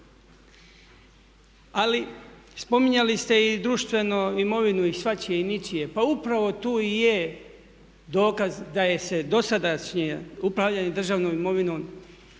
Ali spominjali ste i društvenu imovinu i svačije i ničije. Pa upravo tu i je dokaz da se dosadašnje upravljanje državnom imovinom